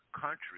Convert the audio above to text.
country